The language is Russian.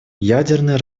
ядерное